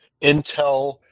intel